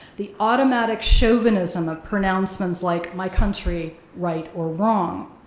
the automatic chauvinism of pronouncements like my country right or wrong.